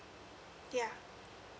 yeah